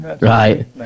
Right